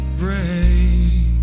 break